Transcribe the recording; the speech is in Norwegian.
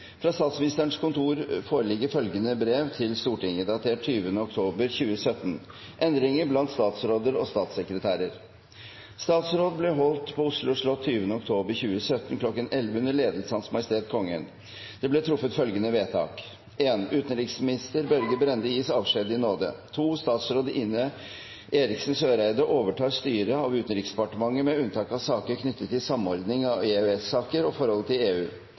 Fra Statsministerens kontor foreligger følgende brev til Stortinget, datert 20. oktober 2017: «Endringer blant statsråder og statssekretærer Statsråd ble holdt på Oslo slott 20. oktober 2017 kl. 1100 under ledelse av H. M. Kongen. Det ble truffet følgende vedtak: Utenriksminister Børge Brende gis avskjed i nåde. Statsråd Ine Eriksen Søreide overtar styret av Utenriksdepartementet med unntak av saker knyttet til samordning av EØS-saker og forholdet til EU.